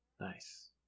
Nice